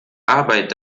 arbeit